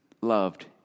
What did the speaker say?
loved